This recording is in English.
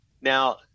Now